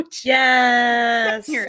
Yes